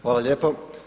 Hvala lijepo.